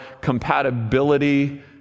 compatibility